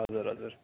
हजुर हजुर